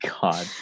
God